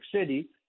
City